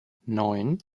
neun